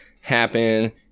happen